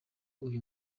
uyu